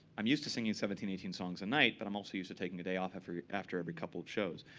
i'm used to singing seventeen, eighteen songs a night. but i'm also used to taking a day off after after every couple of shows.